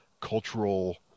cultural